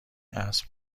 اسب